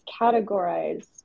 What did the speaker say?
categorized